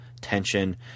tension